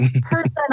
person